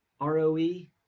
R-O-E